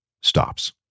stops